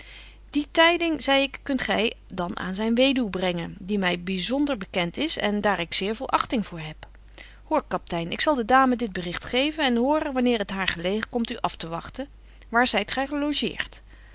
die tyding zei ik kunt gy dan aan zyn weduw brengen die my byzonder bekent is en daar ik zeer veel achting voor heb hoor kaptein ik zal de dame dit berigt geven en horen wanneer het haar gelegen komt u aftewagten waar zyt gy gelogeert